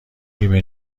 بیمه